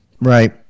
Right